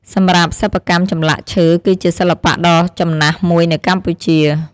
សម្រាប់ សិប្បកម្មចម្លាក់ឈើគឺជាសិល្បៈដ៏ចំណាស់មួយនៅកម្ពុជា។